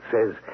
says